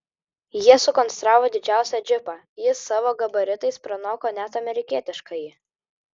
jie sukonstravo didžiausią džipą jis savo gabaritais pranoko net amerikietiškąjį